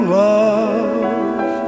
love